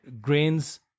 grains